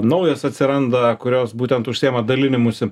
naujos atsiranda kurios būtent užsiima dalinimusi